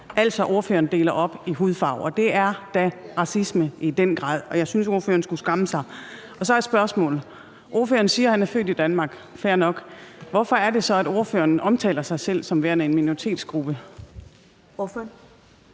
Altså, ordføreren opdeler i hudfarve, og det er da racisme i den grad. Jeg synes, ordføreren skulle skamme sig. Så er der et spørgsmål: Ordføreren siger, at han er født i Danmark – fair nok. Hvorfor er det så, at ordføreren omtaler sig selv som værende en minoritetsgruppe? Kl.